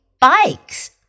bikes